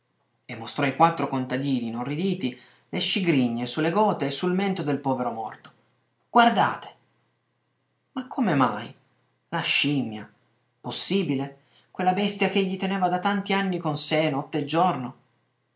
e mostrò ai quattro contadini inorriditi le scigrigne su le gote e sul mento del povero morto guardate ma come mai la scimmia possibile quella bestia ch'egli teneva da tanti anni con sé notte e giorno